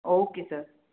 okay sir